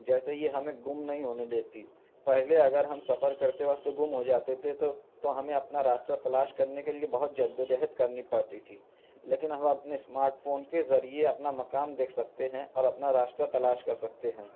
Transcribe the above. جیسے یہ ہمیں گم نہیں ہونے دیتی پہلے اگر ہم سفر کرتے وقت گم ہو جاتے تھے تو ہمیں اپنا راستہ تلاش کرنے کے لیے بہت جد و جہد کرنی پڑتی تھی لیکن ہمیں اپنے اسمارٹ فون کے ذریعے اپنا مقام دیکھ سکتے ہیں اور اپنا راستہ تلاش کر سکتے ہیں